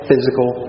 Physical